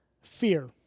fear